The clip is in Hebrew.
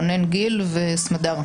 יש שני אנשים בזום, רונן גיל וסמדר.